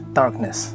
darkness